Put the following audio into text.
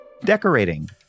Decorating